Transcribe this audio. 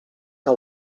que